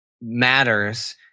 matters